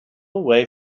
way